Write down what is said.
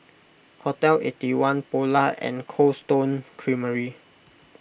Hotel Eighty One Polar and Cold Stone Creamery